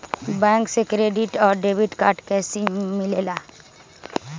Bank से credit और debit card कैसी मिलेला?